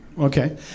Okay